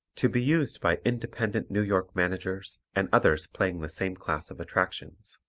to be used by independent new york managers and others playing the same class of attractions